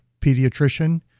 pediatrician